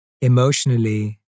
emotionally